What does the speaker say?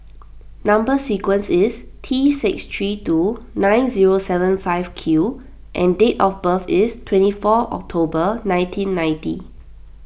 Number Sequence is T six three two nine zero seven five Q and date of birth is twenty four October nineteen ninety